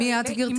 מי את גברתי?